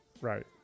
Right